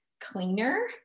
cleaner